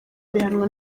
bihanwa